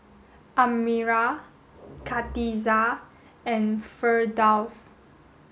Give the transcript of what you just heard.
Amirah Khatijah and Firdaus